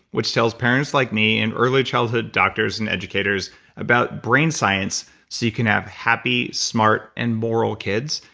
which tells parents like me and earlychildhood doctors and educators about brain science, so you can have happy, smart and moral kids.